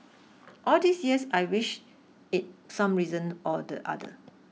all these years I wish it some reason or the other